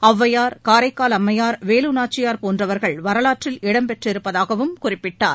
ஒளவையார் காரைக்கால் அம்மையார் வேலு நாச்சியார் போன்றவர்கள் வரவாற்றில் இடம் பெற்றிருப்பதாகவும் குறிப்பிட்டார்